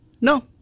No